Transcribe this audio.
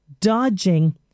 dodging